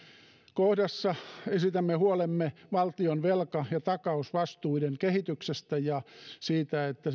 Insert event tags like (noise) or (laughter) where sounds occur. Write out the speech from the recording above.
kohdassa esitämme huolemme valtion velka ja takausvastuiden kehityksestä ja siitä että (unintelligible)